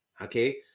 okay